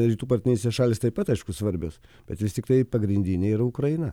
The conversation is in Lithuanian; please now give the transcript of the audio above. rytų partnerystės šalys taip pat aišku svarbios bet vis tiktai pagrindiniai yra ukraina